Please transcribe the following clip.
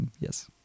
Yes